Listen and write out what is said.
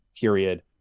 period